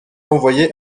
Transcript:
envoyée